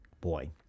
Boy